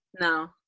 No